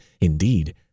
indeed